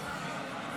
מורשע במעשה טרור